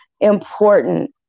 important